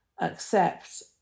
accept